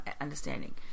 understanding